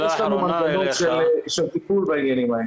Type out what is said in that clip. יש לנו מנגנון של טיפול בעניינים האלה.